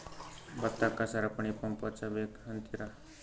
ಭತ್ತಕ್ಕ ಸರಪಣಿ ಪಂಪ್ ಹಚ್ಚಬೇಕ್ ಅಂತಿರಾ?